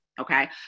Okay